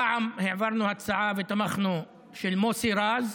פעם העברנו הצעה ותמכנו בה, של מוסי רז,